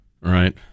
right